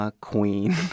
Queen